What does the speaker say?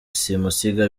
simusiga